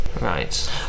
Right